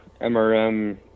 MRM